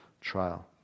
trial